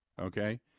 okay